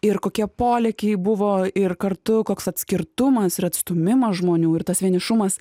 ir kokie polėkiai buvo ir kartu koks atskirtumas ir atstūmimas žmonių ir tas vienišumas